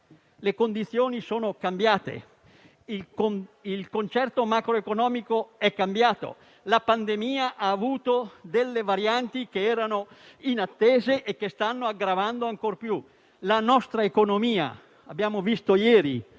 Le condizioni sono cambiate; il concerto macroeconomico è cambiato; la pandemia ha avuto delle varianti inattese che stanno aggravando ancor più la nostra economia. Abbiamo visto cosa